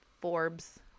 forbes